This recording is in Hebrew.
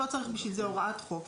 לא צריך בשביל זה הוראת חוק,